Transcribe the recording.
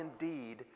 indeed